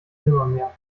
nimmermehr